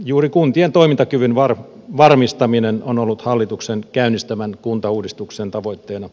juuri kuntien toimintakyvyn varmistaminen on ollut hallituksen käynnistämän kuntauudistuksen tavoitteena